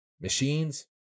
machines